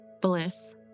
Bliss